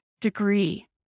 degree